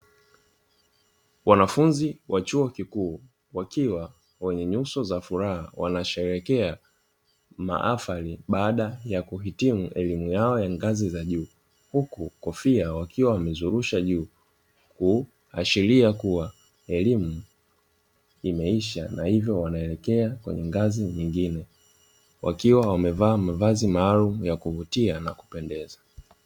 Wanafunzi wa chuo kikuu, wakiwa wenye nyuso za furaha, wanasherehekea mahafari baada ya kuhitimu elimu yao ya ngazi za juu, huku kofia wakiwa wamezurusha juu. Kuashiria kuwa elimu imeisha na hivyo wanaelekea kwenye ngazi nyingine, wakiwa wamevaa mavazi maalum ya kuvutia na kupendeza.